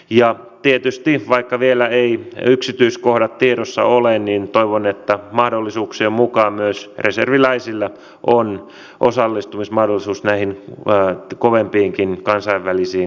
ja tietysti vaikka vielä eivät yksityiskohdat tiedossa ole toivon että mahdollisuuksien mukaan myös reserviläisillä on osallistumismahdollisuus näihin kovempiin kansainvälisiin tehtäviin